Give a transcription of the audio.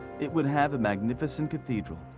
it would have a magnificent cathedral,